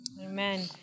Amen